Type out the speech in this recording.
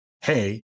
hey